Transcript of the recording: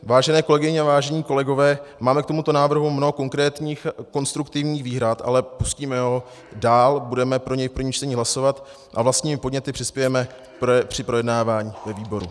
Vážené kolegyně, vážení kolegové, máme k tomuto návrhu mnoho konkrétních, konstruktivních výhrad, ale pustíme ho dál, budeme pro něj v prvním čtení hlasovat a vlastními podněty přispějeme při projednávání ve výboru.